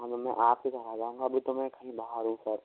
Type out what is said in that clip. है ना मैं आपके घर आ जाऊंगा अभी तो मैं खाली बाहर हूँ सर